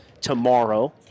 tomorrow